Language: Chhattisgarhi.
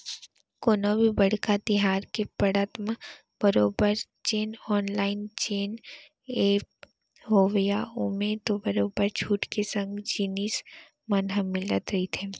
कोनो भी बड़का तिहार के पड़त म बरोबर जेन ऑनलाइन जेन ऐप हावय ओमा तो बरोबर छूट के संग जिनिस मन ह मिलते रहिथे